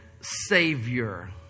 Savior